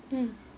mm